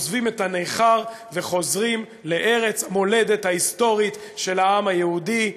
עוזבים את הנכר וחוזרים לארץ המולדת ההיסטורית של העם היהודי,